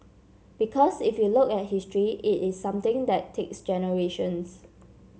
because if you look at history it is something that takes generations